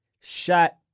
shot